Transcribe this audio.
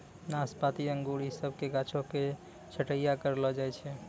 नाशपाती अंगूर इ सभ के गाछो के छट्टैय्या करलो जाय छै